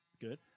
good